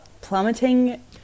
plummeting